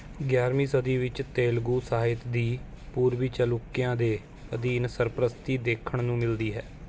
ਗਿਆਰ੍ਹਵੀਂ ਸਦੀ ਵਿੱਚ ਤੇਲਗੂ ਸਾਹਿਤ ਦੀ ਪੂਰਬੀ ਚਲੁਕਿਆਂ ਦੇ ਅਧੀਨ ਸਰਪ੍ਰਸਤੀ ਦੇਖਣ ਨੂੰ ਮਿਲਦੀ ਹੈ